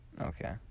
Okay